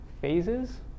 phases